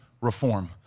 reform